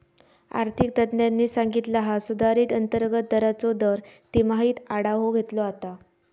आर्थिक तज्ञांनी सांगितला हा सुधारित अंतर्गत दराचो दर तिमाहीत आढावो घेतलो जाता